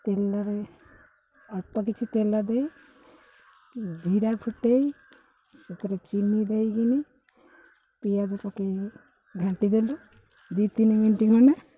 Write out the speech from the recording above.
ତେଲରେ ଅଳ୍ପ କିଛି ତେଲ ଦେଇ ଜିରା ଫୁଟେଇ ସେଥିରେ ଚିନି ଦେଇକିନି ପିଆଜ ପକେଇ ଘାଣ୍ଟି ଦେଲୁ ଦୁଇ ତିନି ମିନିଟ ଖଣ୍ଡେ